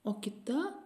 o kita